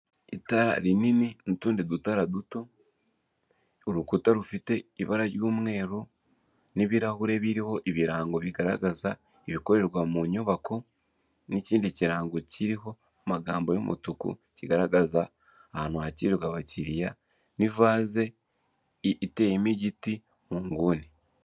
Itara rinini, n'utundi dutara duto, urukuta rufite ibara ry'umweru n'ibirahure biriho ibirango bigaragaza ibikorerwa mu nyubako n' ikindi kirango kiriho amagambo y'umutuku, kigaragaza ahantu hakirirwa abakiriya n'ivaze iteyemo igiti mu nguni.